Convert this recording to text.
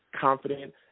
confident